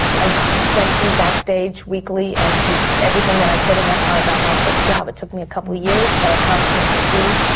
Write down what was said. i went through back stage weekly and did did everything that i could and that's how i got my first job. it took me a couple years, but i constantly pursued.